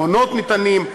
מעונות ניתנים,